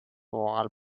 while